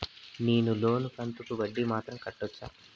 నేను లోను కంతుకు వడ్డీ మాత్రం కట్టొచ్చా?